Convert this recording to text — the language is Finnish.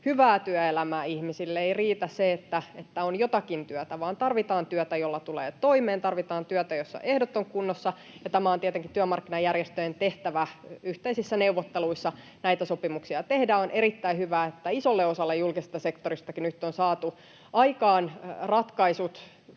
Hyvää työelämää ihmisille — ei riitä, että on jotakin työtä, vaan tarvitaan työtä, jolla tulee toimeen ja jossa ehdot ovat kunnossa, ja on tietenkin työmarkkinajärjestöjen tehtävä yhteisissä neuvotteluissa näitä sopimuksia tehdä. On erittäin hyvä, että isolle osalle julkisesta sektoristakin nyt on saatu aikaan ratkaisut,